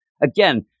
again